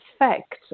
effect